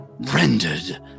Rendered